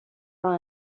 راه